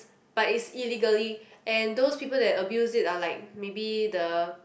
but is illegally and those people that abuse it are like maybe the